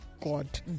god